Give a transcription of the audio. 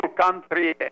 country